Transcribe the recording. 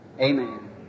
Amen